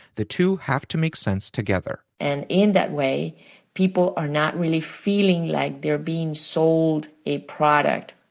the two have to make sense together. and in that way people are not really feeling like they're being sold a product,